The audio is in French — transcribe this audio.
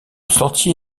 sentier